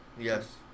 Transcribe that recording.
Yes